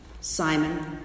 Simon